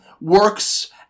works